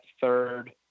third